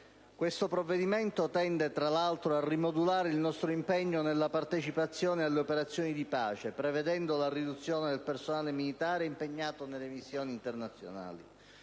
Questo provvedimento tende, tra l'altro, a rimodulare il nostro impegno nella partecipazione alle operazioni di pace, prevedendo la riduzione del personale militare impegnato nelle missioni internazionali.